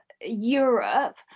Europe